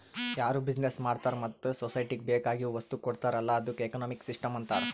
ಯಾರು ಬಿಸಿನೆಸ್ ಮಾಡ್ತಾರ ಮತ್ತ ಸೊಸೈಟಿಗ ಬೇಕ್ ಆಗಿವ್ ವಸ್ತು ಕೊಡ್ತಾರ್ ಅಲ್ಲಾ ಅದ್ದುಕ ಎಕನಾಮಿಕ್ ಸಿಸ್ಟಂ ಅಂತಾರ್